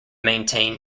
maintain